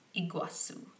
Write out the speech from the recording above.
Iguazu